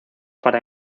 para